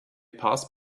passed